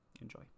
Enjoy